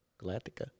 Galactica